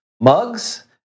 mugs